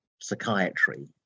psychiatry